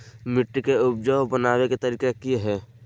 मिट्टी के उपजाऊ बनबे के तरिका की हेय?